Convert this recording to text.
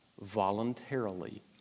voluntarily